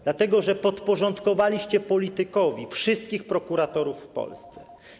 Dlatego że podporządkowaliście politykowi wszystkich prokuratorów w Polsce.